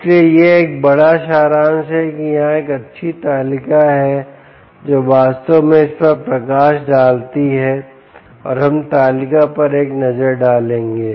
इसलिए यह एक बड़ा सारांश है कि यहां एक अच्छी तालिका है जो वास्तव में इस पर प्रकाश डालती है और हम तालिका पर एक नज़र डालेंगे